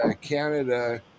Canada